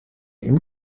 ihm